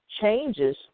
changes